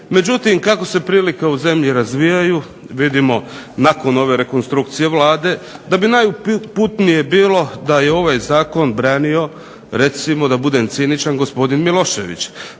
Međutim, kako se prilike u zemlji razvijaju vidimo nakon ove rekonstrukcije Vlade da bi najuputnije bilo da je ovaj zakon branio recimo da budem ciničan gospodin Milošević,